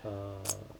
err